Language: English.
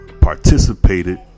participated